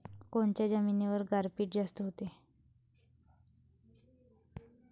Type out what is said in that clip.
कोनच्या जमिनीवर गारपीट जास्त व्हते?